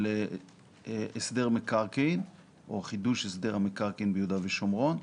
הסדר מקרקעין או חידוש הסדר מקרקעין ביהודה ושומרון.